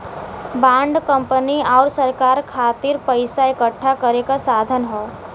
bond company आउर सरकार खातिर पइसा इकठ्ठा करे क साधन हौ